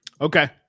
Okay